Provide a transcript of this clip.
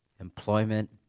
employment